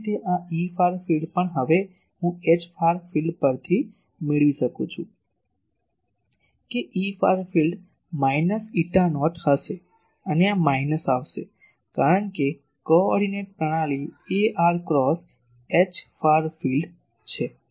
આ જ રીતે આ Efar field પણ હવે હું Hfar field પરથી મેળવી શકું છું કે Efar field minus eta naught હશે અને આ માઇનસ આવશે કારણ કે કો ઓર્ડીનેટ પ્રણાલી ar ક્રોસ Hfar field છે